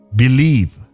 believe